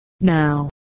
Now